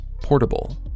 portable